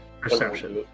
Perception